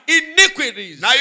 iniquities